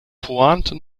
pointe